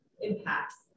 impacts